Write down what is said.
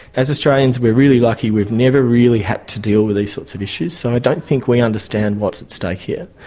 as australians we're really lucky we've never really had to deal with these sorts of issues, so i don't think we understand what's at stake here.